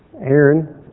Aaron